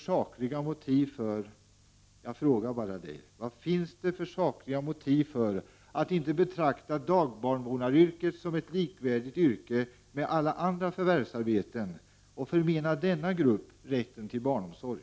Jag frågar: Vad finns det för sakliga motiv för att inte betrakta dagbarnvårdaryrket som likvärdigt med alla andra förvärvsarbeten och förmena denna grupp rätten till barnomsorg?